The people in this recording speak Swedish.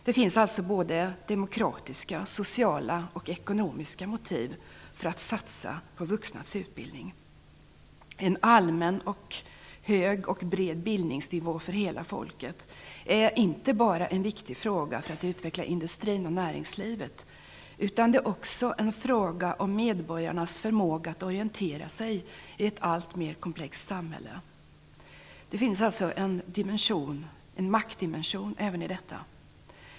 Det finns alltså såväl demokratiska som sociala och ekonomiska motiv för att satsa på vuxnas utbildning. En allmän, hög och bred bildningsnivå för hela folket är inte bara viktig för att utveckla industrin och näringslivet - det är också fråga om medborgarnas förmåga att orientera sig i ett alltmer komplext samhälle. Det finns alltså en maktdimension även i detta.